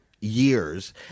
years